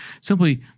simply